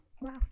wow